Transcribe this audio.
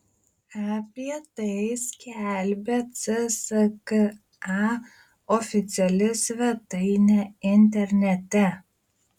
apie tai skelbia cska oficiali svetainė internete